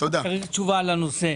צריך תשובה לנושא.